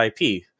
IP